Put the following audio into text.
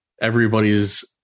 everybody's